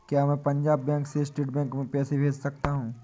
क्या मैं पंजाब बैंक से स्टेट बैंक में पैसे भेज सकता हूँ?